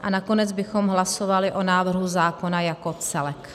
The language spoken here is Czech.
A nakonec bychom hlasovali o návrhu zákona jako celku.